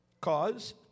Cause